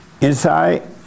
inside